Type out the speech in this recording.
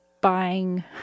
buying